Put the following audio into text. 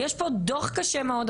יש פה דוח קשה מאוד.